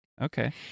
okay